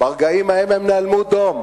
ברגעים ההם הם נאלמו דום.